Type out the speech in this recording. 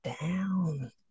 down